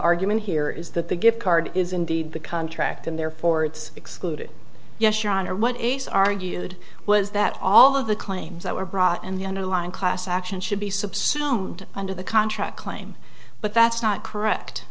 argument here is that the gift card is indeed the contract and therefore it's excluded yes your honor what aides argued was that all of the claims that were brought in the underlying class action should be subsumed under the contract claim but that's not correct